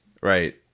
right